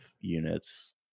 units